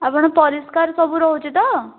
ଆପଣ ପରିଷ୍କାର ସବୁ ରହୁଛି ତ